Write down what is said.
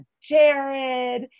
Jared